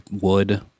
wood